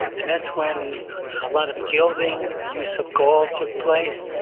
and that's when a lot of gilding, the use of gold took place.